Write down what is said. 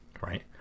right